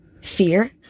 fear